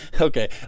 okay